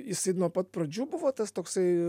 jisai nuo pat pradžių buvo tas toksai